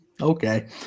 okay